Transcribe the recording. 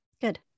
good